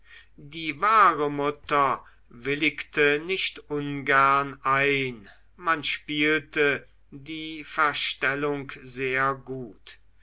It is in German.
die wahre mutter willigte nicht ungern ein man spielte die verstellung sehr gut